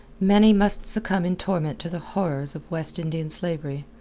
many must succumb in torment to the horrors of west indian slavery,